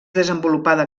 desenvolupada